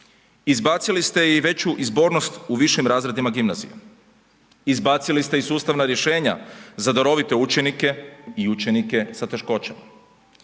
Izbacili ste i veću izbornost u višim razredima gimnazije, izbacili ste i sustavna rješenja za darovite učenike i učenike sa teškoćama.